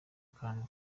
kantu